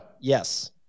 Yes